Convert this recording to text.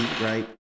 right